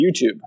YouTube